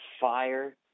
fire